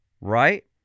Right